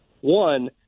One